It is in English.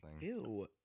Ew